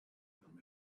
from